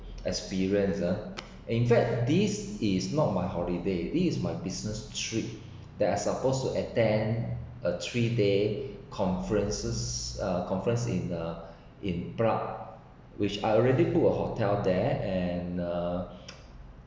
experience ah in fact this is not my holiday this is my business trip that I supposed to attend a three day conferences uh conference in uh in prague which I already book a hotel there and uh